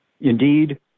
Indeed